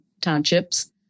townships